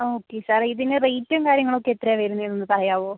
okay sir ഇതിന് റേറ്റും കാര്യങ്ങളൊക്കെ എത്രയാണ് വരുന്നതെന്ന് പറയാവോ